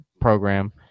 program